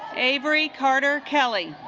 avery carter kelly